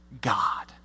God